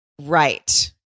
Right